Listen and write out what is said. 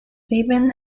theban